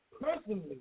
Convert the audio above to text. personally